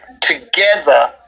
together